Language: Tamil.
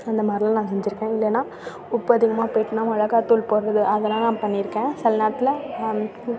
அந்த மாதிரிலாம் நான் செஞ்சிருக்கேன் இல்லைன்னா உப்பு அதிகமாக போயிட்டுனால் மிளகா தூள் போடுறது அதெல்லாம் நான் பண்ணியிருக்கேன் சில நேரத்தில்